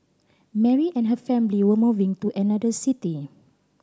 Mary and her family were moving to another city